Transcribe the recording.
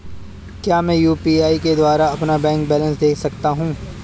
क्या मैं यू.पी.आई के द्वारा अपना बैंक बैलेंस देख सकता हूँ?